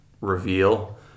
reveal